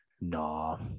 no